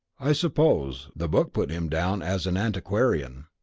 i suppose the book put him down as an antiquarian.